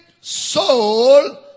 soul